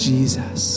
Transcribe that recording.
Jesus